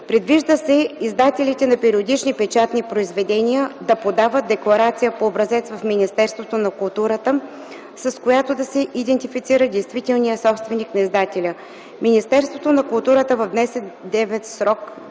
Предвижда се издателите на периодични печатни произведения да подават декларация по образец в Министерството на културата, с която да се идентифицира действителният собственик на издателя. Министерството на културата в 10-дневен срок